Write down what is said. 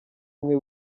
umwe